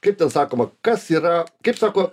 kaip ten sakoma kas yra kaip sako